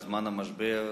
בזמן המשבר,